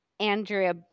andrea